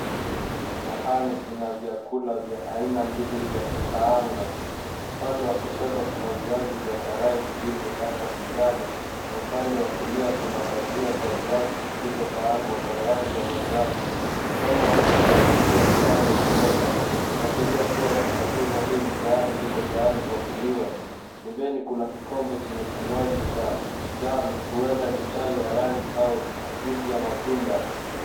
Sahani ina vyakula vya aina mbili vya kukaanga. Upande wa kushoto kuna viazi vya karai vilivyopakwa kijani, na upande wa kulia kuna bajia za viazi zilizokaangwa kwa rangi ya manjano. Mkono wa mtu unachukua kipande kimoja kuashiria kuwa vitafunwa hivi tayari viko tayari kwa kuliwa. Pembeni kuna kikombe chenye kinywaji cha njano, huenda ni chai ya rangi au juisi ya matunda.